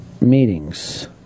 meetings